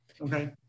Okay